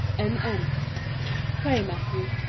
nn. pray, matthew,